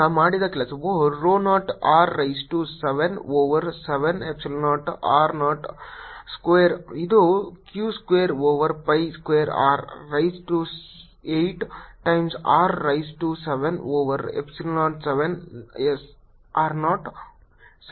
r dr02R770 ಆದ್ದರಿಂದ ಮಾಡಿದ ಕೆಲಸವು rho naught r raise to 7 over 7 epsilon 0 rho naught square ಇದು q square over pi square R raise to 8 times R raise to 7 over 7 epsilon 0 ಗೆ ಸಮನಾಗಿರುತ್ತದೆ